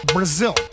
Brazil